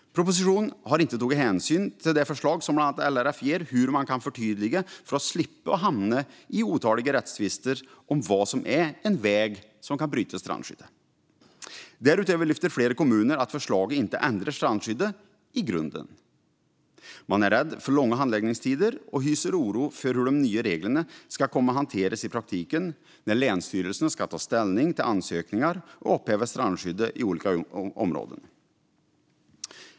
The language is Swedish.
Propositionen har inte tagit hänsyn till det förslag som bland andra LRF ger om hur man kan förtydliga för att slippa hamna i otaliga rättstvister om vad som är en väg som kan bryta strandskyddet. Därutöver lyfter flera kommuner upp att förslaget inte ändrar strandskyddet i grunden. Man är rädd för långa handläggningstider och hyser oro för hur de nya reglerna kommer att hanteras i praktiken när länsstyrelserna ska ta ställning till ansökningar om att upphäva strandskyddet i olika områden. Fru talman!